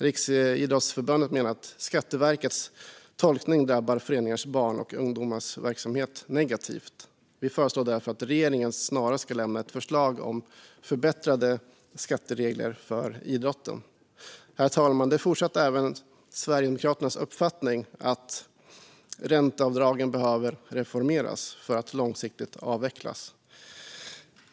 Riksidrottsförbundet menar att Skatteverkets tolkning drabbar föreningars barn och ungdomsverksamhet negativt. Vi föreslår därför att regeringen snarast ska lämna ett förslag om förbättrade skatteregler för idrotten. Herr talman! Det är fortsatt även Sverigedemokraternas uppfattning att ränteavdragen behöver reformeras för att långsiktigt avvecklas.